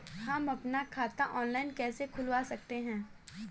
हम अपना खाता ऑनलाइन कैसे खुलवा सकते हैं?